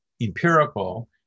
empirical